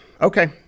Okay